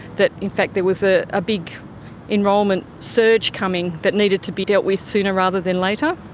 that in fact there was a ah big enrolment surge coming that needed to be dealt with sooner rather than later.